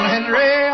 Henry